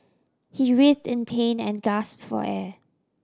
he writhe in pain and gasp for air